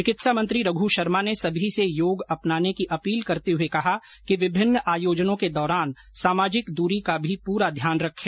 चिकित्सा मंत्री रघ् शर्मा ने सभी से योग अपनाने की अपील करते हुए कहा कि विभिन्न आयोजनों के दौरान सामाजिक दूरी का भी पुरा ध्यान रखें